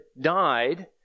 died